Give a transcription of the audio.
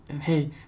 hey